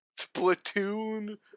Splatoon